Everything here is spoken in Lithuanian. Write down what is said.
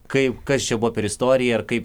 kaip kas čia buvo per istorija kaip